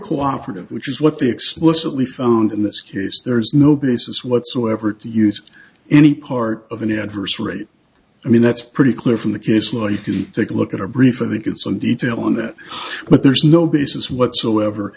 cooperative which is what they explicitly found in this case there is no basis whatsoever to use any part of an adverse rate i mean that's pretty clear from the case law you can take a look at a briefing to get some detail on that but there's no basis whatsoever